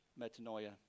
metanoia